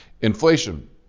inflation